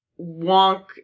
wonk